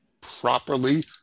properly